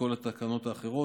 בכל התקנות האחרות.